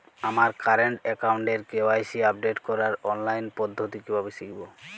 আমার কারেন্ট অ্যাকাউন্টের KYC update করার অনলাইন পদ্ধতি কীভাবে শিখব?